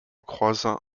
croisant